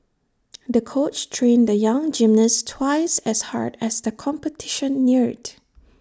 the coach trained the young gymnast twice as hard as the competition neared